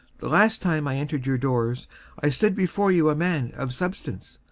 the last time i entered your doors i stood before you a man of substance,